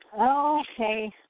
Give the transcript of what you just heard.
okay